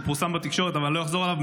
הוא פורסם בתקשורת אבל לא אחזור עליו,